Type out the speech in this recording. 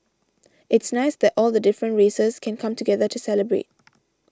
it's nice that all the different races can come together to celebrate